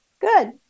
Good